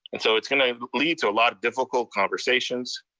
and so it's gonna lead to a lot of difficult conversations.